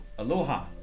Aloha